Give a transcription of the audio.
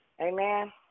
Amen